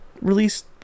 released